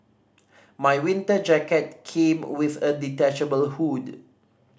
my winter jacket came with a detachable hood